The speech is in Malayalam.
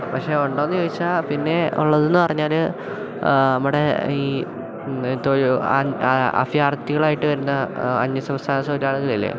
പക്ഷേ ഉണ്ടോയെന്നു ചോദിച്ചാൽ പിന്നെ ഉള്ളതെന്നു പറഞ്ഞാൽ നമ്മുടെ ഈ അഭയാർത്ഥികളായിട്ട് വരുന്ന അന്യസംസ്ഥാന തൊഴിലാളികളില്ലേ